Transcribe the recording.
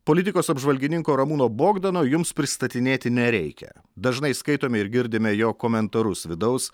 politikos apžvalgininko ramūno bogdano jums pristatinėti nereikia dažnai skaitome ir girdime jo komentarus vidaus